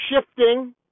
shifting